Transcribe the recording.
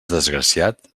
desgraciat